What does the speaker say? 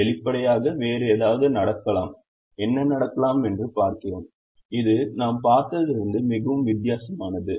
வெளிப்படையாக வேறு ஏதாவது நடக்கலாம் என்ன நடக்கலாம் என்று பார்க்கிறோம் இது நாம் பார்த்ததிலிருந்து மிகவும் வித்தியாசமானது